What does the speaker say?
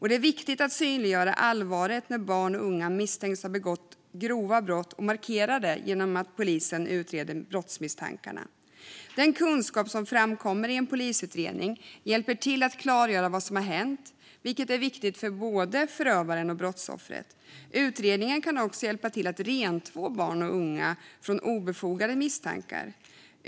Det är viktigt att synliggöra allvaret när barn och unga misstänks ha begått grova brott och markera det genom att polisen utreder brottsmisstankarna. Den kunskap som framkommer i en polisutredning hjälper till att klargöra vad som har hänt, vilket är viktigt för både förövaren och brottsoffret. Utredningen kan också hjälpa till att rentvå barn och unga från obefogade misstankar.